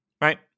right